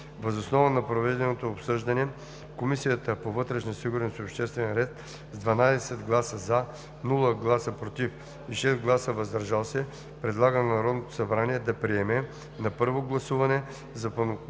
Въз основа на проведеното обсъждане Комисията по вътрешна сигурност и обществен ред с 12 гласа „за“, без „против“ и 6 гласа „въздържал се“ предлага на Народното събрание да приеме на първо гласуване Законопроект